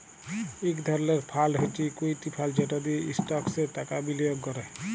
ইক ধরলের ফাল্ড হছে ইকুইটি ফাল্ড যেট দিঁয়ে ইস্টকসে টাকা বিলিয়গ ক্যরে